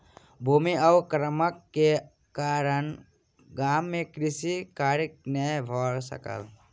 भूमि अवक्रमण के कारण गाम मे कृषि कार्य नै भ सकल